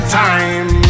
time